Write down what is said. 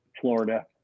Florida